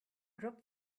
dropped